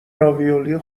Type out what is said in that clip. راویولی